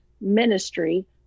Ministry